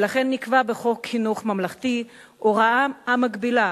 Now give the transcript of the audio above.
ולכן נקבעה בחוק חינוך ממלכתי הוראה המגבילה